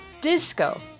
disco